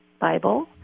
Bible